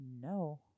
No